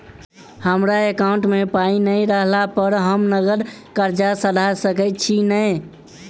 हमरा एकाउंट मे पाई नै रहला पर हम नगद कर्जा सधा सकैत छी नै?